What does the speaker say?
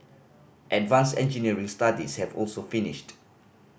advance engineering studies have also finished